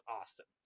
awesome